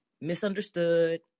misunderstood